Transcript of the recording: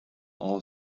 all